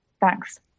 Thanks